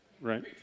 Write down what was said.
right